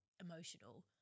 emotional